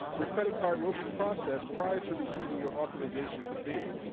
your credit card will be processed prior to receiving your authorization to bid.